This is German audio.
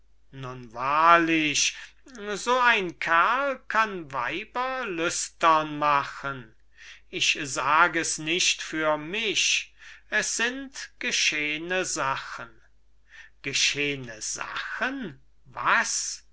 wahrlich so ein kerl kann weiber lüstern machen ich sag es nicht für mich es sind geschehne sachen geschehne sachen was